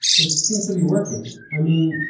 it seems to be working. i mean,